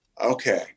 okay